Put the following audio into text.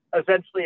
essentially